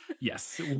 Yes